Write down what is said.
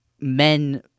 men